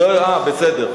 אה, בסדר.